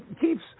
keeps